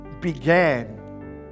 began